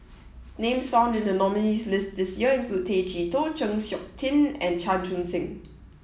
names found in the nominees' list this year include Tay Chee Toh Chng Seok Tin and Chan Chun Sing